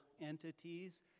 entities